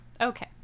Okay